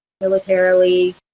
militarily